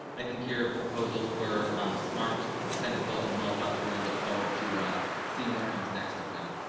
i think your proposals were smart sensible and well thought through and i look forward to ah seeing what comes next of them.